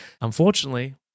unfortunately